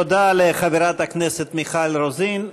תודה לחברת הכנסת מיכל רוזין.